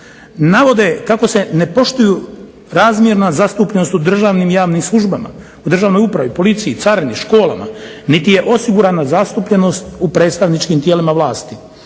Navode kako se ne poštuju razmjerna zastupljenost u državnim javnim službama, u državnoj upravi, policiji, carini, školama niti je osigurana zastupljenost u predstavničkim tijelima vlasti.